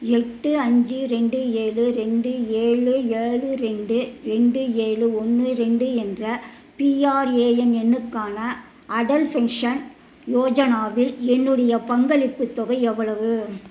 எட்டு அஞ்சு ரெண்டு ஏழு ரெண்டு ஏழு ஏழு ரெண்டு ரெண்டு ஏழு ஒன்று ரெண்டு என்ற பிஆர்ஏஎன் எண்ணுக்கான அடல் பென்ஷன் யோஜனாவில் என்னுடைய பங்களிப்புத் தொகை எவ்வளவு